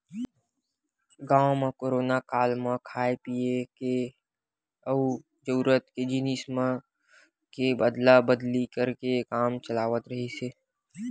गाँव म कोरोना काल म खाय पिए के अउ जरूरत के जिनिस मन के अदला बदली करके काम चलावत रिहिस हे